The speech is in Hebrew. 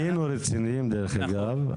היינו רציניים דרך אגב,